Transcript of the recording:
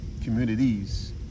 communities